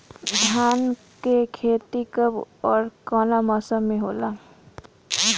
धान क खेती कब ओर कवना मौसम में होला?